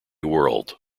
world